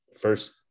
first